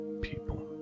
people